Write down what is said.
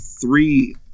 three